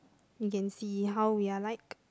you can see how we are like